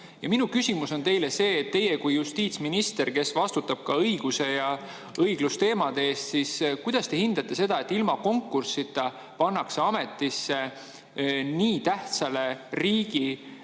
Minu küsimus on teile see. Teie kui justiitsminister, kes vastutab ka õiguse ja õigluse teemade eest, kuidas te hindate seda, et ilma konkursita pannakse ametisse nii tähtsa